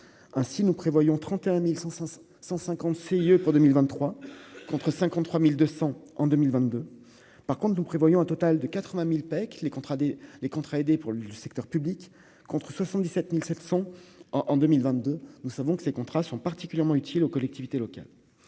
hein si nous prévoyons 31100 100 150 CIE pour 2023 contre 53200 en 2022, par contre, nous prévoyons un total de 80000 les contrats des les contrats aidés, pour lui, le secteur public, contre 77700 en 2022, nous savons que ces contrats sont particulièrement utile aux collectivités locales,